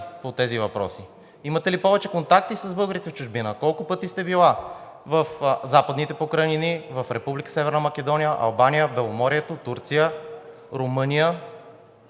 по тези въпроси? Имате ли повече контакти с българите в чужбина? Колко пъти сте били в Западните покрайнини, в Република Северна Македония, Албания, Беломорието, Турция, Румъния,